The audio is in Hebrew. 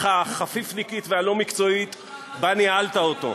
החפיפניקית והלא-מקצועית שבה ניהלת אותו.